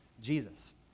Jesus